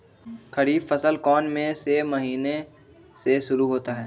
खरीफ फसल कौन में से महीने से शुरू होता है?